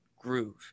groove